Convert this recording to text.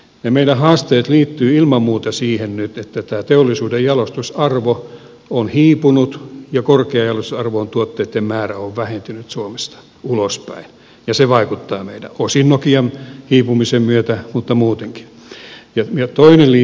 ne meidän haasteet liittyvät nyt ilman muuta siihen että tämä teollisuuden jalostusarvo on hiipunut ja korkean jalostusarvon tuotteitten määrä on vähentynyt suomessa siirtynyt suomesta ulospäin ja se vaikuttaa meillä osin nokian hiipumisen myötä mutta muutenkin